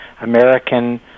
American